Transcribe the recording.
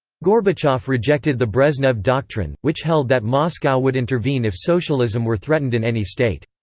gorbachev rejected the brezhnev doctrine, which held that moscow would intervene if socialism were threatened in any state.